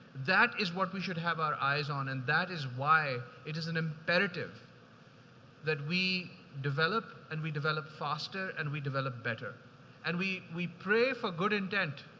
that is what we should have our eyes on. and that is why it is an imperative that we develop and we develop faster and we developed better and we we pray for good intent.